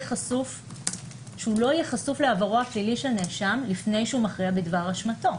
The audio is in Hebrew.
חשוף לעברו הפלילי של נאשם לפני שהוא מכריע בדבר אשמתו.